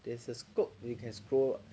there's a scope you can scroll